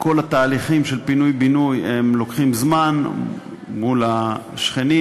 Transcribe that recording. שכל התהליכים של פינוי-בינוי לוקחים זמן מול השכנים.